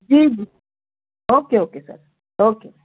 جی جی okay okay sir okay